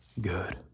good